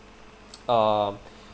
um